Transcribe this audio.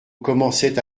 commençait